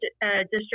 district